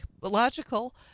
logical